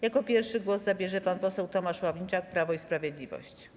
Jako pierwszy głos zabierze pan poseł Tomasz Ławniczak, Prawo i Sprawiedliwość.